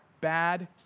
bad